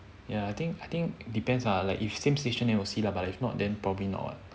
ya I think I think depends ah like if same station you will see lah but if not then probably not [what]